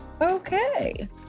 Okay